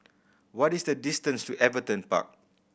what is the distance to Everton Park